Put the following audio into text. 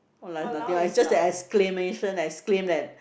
!walao! is nothing loh just an exclamation exclaim that